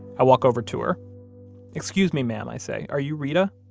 i walk over to her excuse me, ma'am, i say. are you reta?